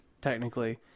Technically